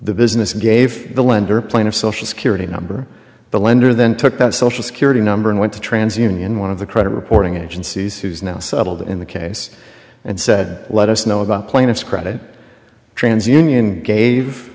the business gave the lender a plan of social security number the lender then took that social security number and went to trans union one of the credit reporting agencies who's now settled in the case and said let us know about plaintiffs credit trans union gave